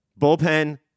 Bullpen